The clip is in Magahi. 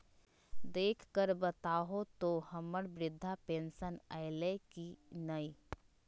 देख कर बताहो तो, हम्मर बृद्धा पेंसन आयले है की नय?